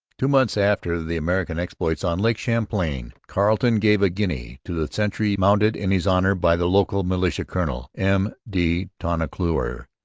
two months after the american exploits on lake champlain carleton gave a guinea to the sentry mounted in his honour by the local militia colonel, m. de tonnancour,